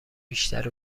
بیشتر